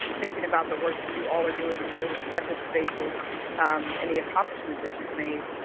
thinking about the work that you all are doing in your respective spaces and the accomplishments that you've made,